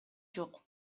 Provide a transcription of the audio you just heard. жок